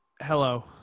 Hello